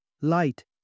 Light